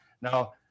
Now